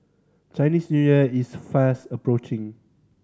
Chinese New Year is fast approaching